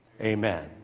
Amen